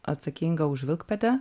atsakinga už vilkpėdę